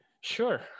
Sure